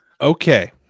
Okay